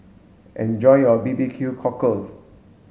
enjoy your B B Q cockle